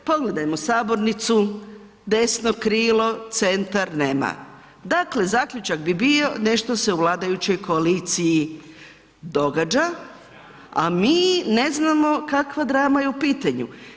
Dakle, pogledajmo sabornicu, desno krilo, centar, nema, dakle zaključak bi bio nešto se u vladajućoj koaliciji događa a mi ne znamo kakva drama je u pitanju.